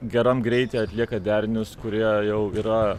geram greity atlieka derinius kurie jau yra